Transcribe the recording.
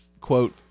quote